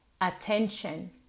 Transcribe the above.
attention